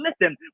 listen